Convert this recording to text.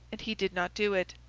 and he did not do it.